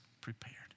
prepared